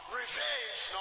revenge